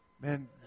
Man